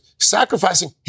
sacrificing